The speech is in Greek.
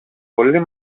πολύ